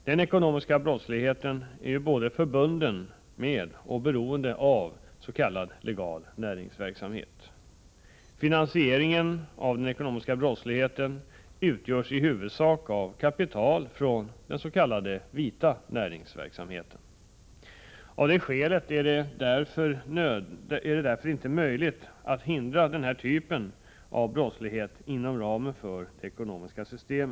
Den ekonomiska brottsligheten är ju både förbunden med och beroende av s.k. legal näringsverksamhet. Finansieringen av den ekonomiska brottsligheten utgörs i huvudsak av kapital från den s.k. vita näringsverksamheten. Av det skälet är det inte möjligt att hindra denna typ av brottslighet inom ramen för vårt ekonomiska system.